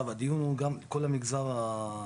הדיון הוא גם על כל מגזר המיעוטים?